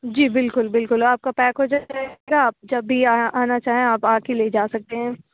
جی بالکل بالکل آپ کا پیک ہو جائے گا آپ جب بھی آنا چاہیں آپ آ کے لے جا سکتے ہیں